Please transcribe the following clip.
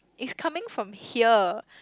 is coming from here